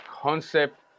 concept